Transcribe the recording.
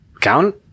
Count